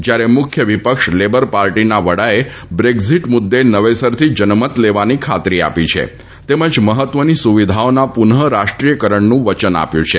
જ્યારે મુખ્ય વિપક્ષ લેબર પાર્ટીના વડાએ બ્રેક્ઝીટ મુદ્દે નવેસરથી જનમત લેવાની ખાતરી આપી છે તેમજ મહત્વની સુવિધાઓના પુનઃ રાષ્ટ્રીયકરણનું વચન આપ્યું છે